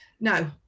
No